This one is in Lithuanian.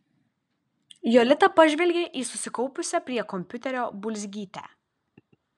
jolita pažvelgė į susikaupusią prie kompiuterio bulzgytę